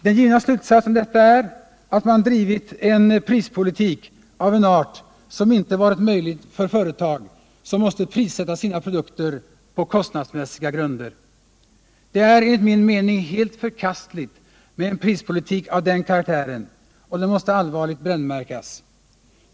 Den givna slutsatsen av detta är att man drivit en prispolitik av en art som inte varit möjlig för företag som måste prissätta sina produkter på kostnadsmässiga grunder. Det är enligt min mening helt förkastligt med en prispolitik av den karaktären, och den måste allvarligt brännmärkas.